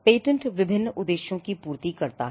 patent विभिन्न उद्देश्यों की पूर्ति करता है